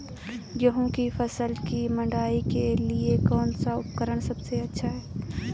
गेहूँ की फसल की मड़ाई के लिए कौन सा उपकरण सबसे अच्छा है?